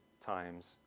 times